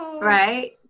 Right